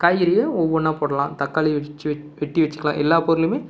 காய்கறியை ஒவ்வொன்றா போடலாம் தக்காளியை வெட் வெட்டி வெச்சுக்கலாம் எல்லா பொருளையுமே